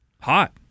Hot